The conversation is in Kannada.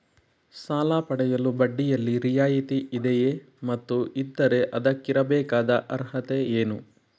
ಸಾಲ ಪಡೆಯಲು ಬಡ್ಡಿಯಲ್ಲಿ ರಿಯಾಯಿತಿ ಇದೆಯೇ ಮತ್ತು ಇದ್ದರೆ ಅದಕ್ಕಿರಬೇಕಾದ ಅರ್ಹತೆ ಏನು?